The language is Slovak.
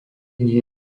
nie